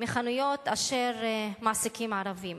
מחנויות אשר מעסיקות ערבים.